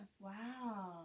Wow